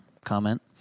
Comment